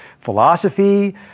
philosophy